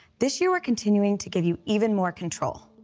this year we're continuing to give you even more control.